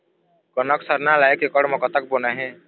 कनक सरना ला एक एकड़ म कतक बोना हे?